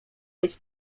być